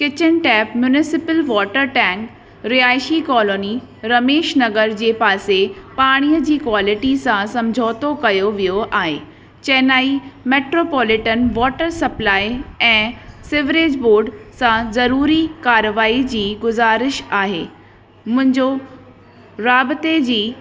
kitchen tap municipal water tank रिहाइशी colony Ramesh Nagar जे पासे पाणीअ जी क्वॉलिटी सां सम्झोतो कयो वियो आहे चेन्नई मेट्रोपॉलिटन वाटर सप्लाई ऐं सिवरेज बोर्ड सां ज़रूरी कारवाही जी गुज़ारिश आहे मुंहिंजो राबते जी